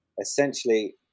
essentially